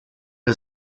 der